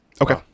Okay